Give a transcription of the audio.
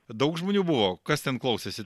daug žmonių buvo kas ten klausėsi